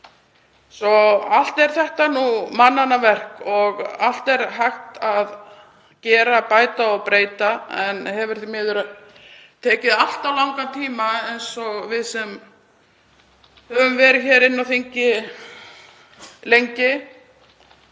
ára? Allt eru þetta mannanna verk og alltaf hægt að bæta og breyta en það hefur því miður tekið allt of langan tíma eins og við sem höfum verið hér inni á þingi lengi